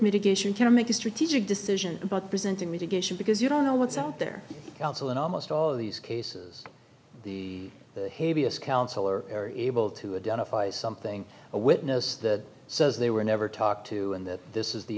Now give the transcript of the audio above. mitigation to make a strategic decision about presenting mitigation because you don't know what's out there also in almost all of these cases the heaviest counselor or able to identify something a witness that says they were never talked to and that this is the